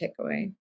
takeaway